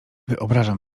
wyobrażam